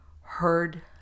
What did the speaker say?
heard